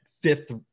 fifth